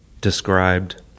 described